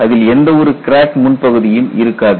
அதில் எந்த ஒரு கிராக் முன் பகுதியும் இருக்காது